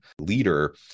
leader